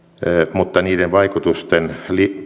mutta niiden vaikutusten